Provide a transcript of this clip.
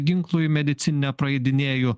ginklui medicininę praeidinėju